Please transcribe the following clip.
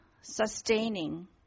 sustaining